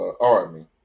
Army